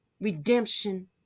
redemption